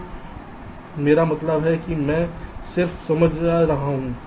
तो मेरा मतलब है कि मैं सिर्फ समझा रहा हूं